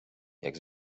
jak